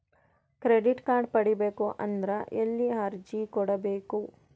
Credit card ಪಡಿಬೇಕು ಅಂದ್ರ ಎಲ್ಲಿ ಅರ್ಜಿ ಕೊಡಬೇಕು?